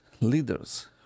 leaders